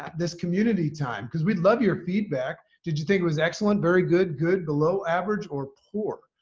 this community time? because we'd love your feedback. did you think it was excellent? very good? good? below average? or poor?